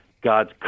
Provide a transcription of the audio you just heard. God's